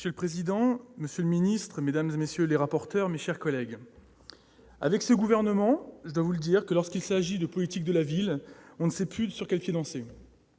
Monsieur le président, monsieur le ministre, mesdames, messieurs les rapporteurs, mes chers collègues, avec ce gouvernement, je dois le dire, lorsqu'il s'agit de politique de la ville, nous ne savons pas sur quel pied danser.